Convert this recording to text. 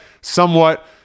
somewhat